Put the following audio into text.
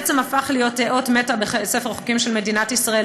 בעצם הפך להיות אות מתה בספר החוקים של מדינת ישראל,